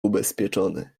ubezpieczony